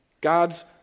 God's